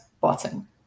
button